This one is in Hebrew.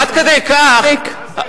מספיק.